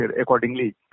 accordingly